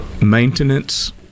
maintenance